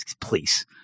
please